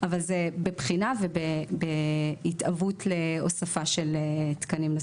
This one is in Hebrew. אבל זה בבחינה ובהתהוות להוספת תקנים.